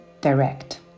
direct